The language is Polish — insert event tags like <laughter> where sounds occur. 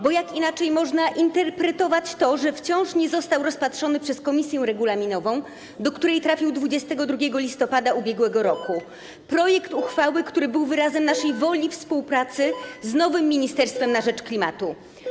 Bo jak inaczej można interpretować to, że wciąż nie został rozpatrzony przez komisję regulaminową, do której trafił 22 listopada ub.r. <noise> projekt uchwały, który był wyrazem naszej woli współpracy z nowym ministerstwem na rzecz klimatu?